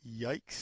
yikes